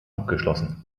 abgeschlossen